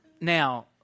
Now